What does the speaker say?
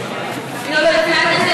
מדיניות ההתנחלות,